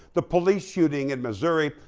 the police shooting in missouri,